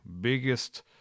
biggest